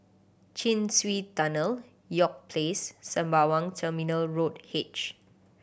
Chin Swee Tunnel York Place Sembawang Terminal Road H